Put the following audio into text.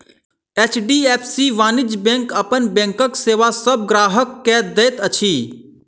HDFC वाणिज्य bank अपन बैंकक सेवा सभ ग्राहक के दैत अछि